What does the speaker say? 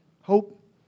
hope